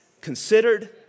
considered